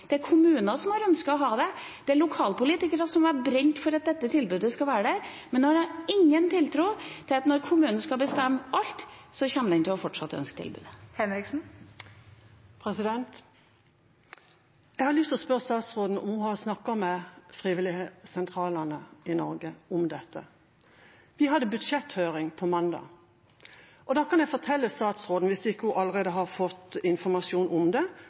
Det er kommunene som har ønsket å ha det. Det er lokalpolitikere som har brent for at dette tilbudet skal være der – men man har ingen tiltro til at når kommunene skal bestemme alt, så kommer de fortsatt til å ønske å ha det tilbudet. Kari Henriksen – til oppfølgingsspørsmål. Jeg har lyst å spørre statsråden om hun har snakket med frivilligsentralene i Norge om dette. Vi hadde budsjetthøring på mandag, og jeg kan fortelle statsråden – hvis hun ikke allerede har fått informasjon om det – at det